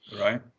Right